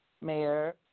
Mayor